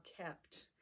kept